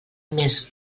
més